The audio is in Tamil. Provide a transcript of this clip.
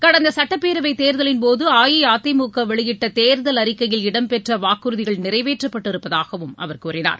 கடந்த சட்டப்பேரவை தேர்தலின்போது அஇஅதிமுக வெளியிட்ட தேர்தல் அறிக்கையில் இடம்பெற்ற வாக்குறுதிகள் நிறைவேற்றப்பட்டு இருப்பதாகவும் அவர் கூறினார்